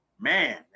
man